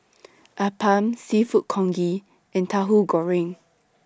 Appam Seafood Congee and Tahu Goreng